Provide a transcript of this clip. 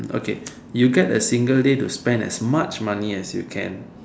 okay you get a second day to spend as much money as you can